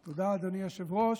תודה, אדוני היושב-ראש.